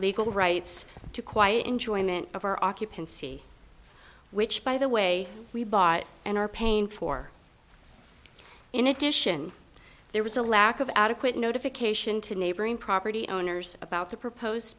legal rights to quiet enjoyment of our occupancy which by the way we bought and are paying for in addition there was a lack of adequate notification to neighboring property owners about the propose